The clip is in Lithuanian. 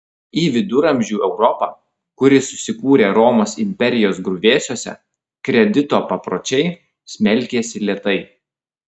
į viduramžių europą kuri susikūrė romos imperijos griuvėsiuose kredito papročiai smelkėsi lėtai